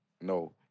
no